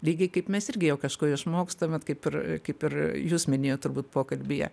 lygiai kaip mes irgi jau kažko išmokstam vat kaip ir kaip ir jūs minėjot turbūt pokalbyje